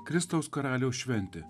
kristaus karaliaus šventė